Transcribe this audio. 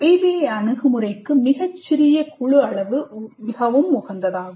PBI அணுகுமுறைக்கு மிகச் சிறிய குழு அளவு உகந்ததாகும்